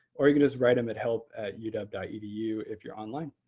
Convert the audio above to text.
or you can just write him at help at uw dot dot edu if you're online.